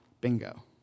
bingo